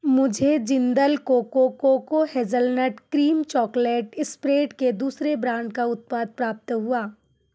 मुझे Jindal coco coco hazelnut cream chocolate spread के दूसरे ब्रांड का उत्पाद प्राप्त हुआ